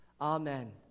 Amen